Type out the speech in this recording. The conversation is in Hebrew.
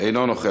אינו נוכח.